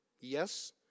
Yes